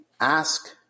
Ask